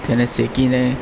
તેને શેકીને